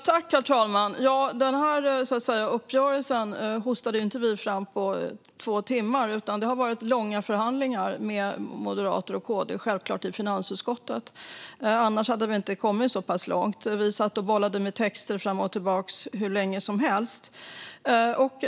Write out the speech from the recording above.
Herr talman! Den här uppgörelsen hostade vi inte fram på två timmar, utan det har självklart varit långa förhandlingar med Moderaterna och KD i finansutskottet. Annars hade vi inte kommit så pass långt. Vi satt och bollade med texter fram och tillbaka hur länge som helst.